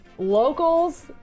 Locals